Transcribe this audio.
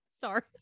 Sorry